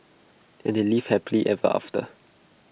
and they lived happily ever after